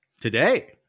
Today